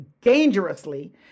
dangerously